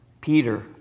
Peter